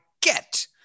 get